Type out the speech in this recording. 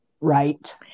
Right